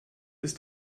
ist